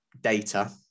data